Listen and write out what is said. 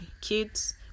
Kids